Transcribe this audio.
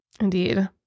Indeed